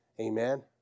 Amen